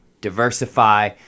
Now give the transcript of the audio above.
diversify